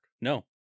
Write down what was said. No